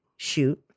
Shoot